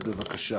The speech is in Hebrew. בבקשה.